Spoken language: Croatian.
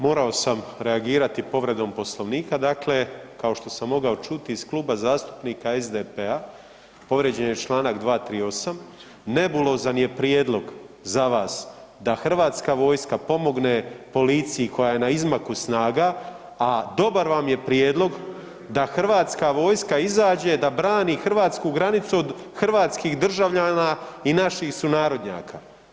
Morao sam reagirati povredom Poslovnika, dakle kao što sam mogao čuti iz Kluba zastupnika SDP-a, povrijeđen je čl. 238. nebulozan je prijedlog za vas da hrvatska vojska pomogne policiji koja je na izmaku snaga, a dobar vam je prijedlog da hrvatska vojska izađe da brani hrvatsku granicu od hrvatskih državljana i naših sunarodnjaka.